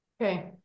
Okay